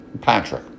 Patrick